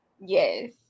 Yes